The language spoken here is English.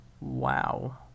Wow